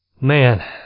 man